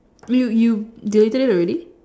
you you they tell you already